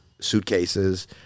suitcases